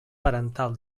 parental